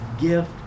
gift